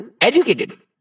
educated